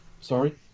Sorry